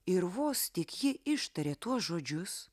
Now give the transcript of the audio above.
ir vos tik ji ištarė tuos žodžius